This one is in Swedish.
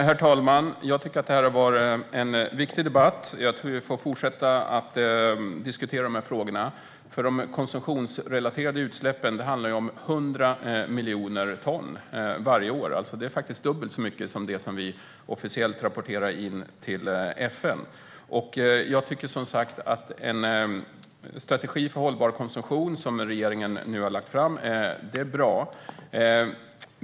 Herr talman! Jag tycker att det här har varit en viktig debatt. Vi får fortsätta diskutera de här frågorna. De konsumtionsrelaterade utsläppen handlar om 100 miljoner ton varje år. Det är faktiskt dubbelt så mycket som det vi officiellt rapporterar in till FN. En strategi för hållbar konsumtion, som regeringen nu har lagt fram, är bra.